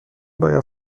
باید